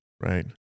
Right